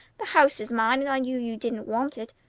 the house is mine, and i knew you didn't want it.